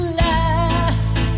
last